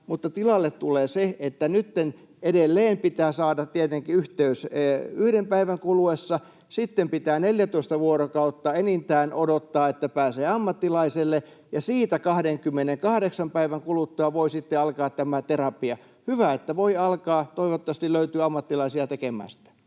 tilalle tulee se, että nytten edelleen pitää saada tietenkin yhteys yhden päivän kuluessa, sitten pitää enintään 14 vuorokautta odottaa, että pääsee ammattilaiselle, ja siitä 28 päivän kuluttua voi sitten alkaa tämä terapia. Hyvä, että voi alkaa, ja toivottavasti löytyy ammattilaisia tekemään